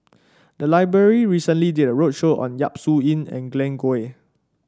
the library recently did a roadshow on Yap Su Yin and Glen Goei